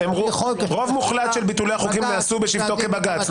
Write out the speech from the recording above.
רוב מוחלט של ביטולי החוקים נעשו בשבתו כבג"ץ,